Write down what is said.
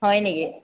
হয় নেকি